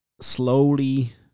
slowly